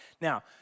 Now